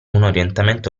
orientamento